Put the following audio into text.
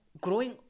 growing